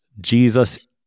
Jesus